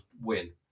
win